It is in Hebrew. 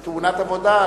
זו תאונת עבודה.